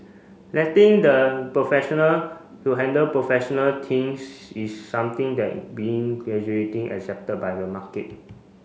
letting the professional to handle professional things is something that being graduating accepted by the market